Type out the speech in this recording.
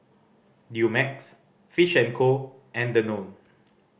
Dumex Fish and Co and Danone